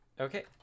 Okay